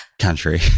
country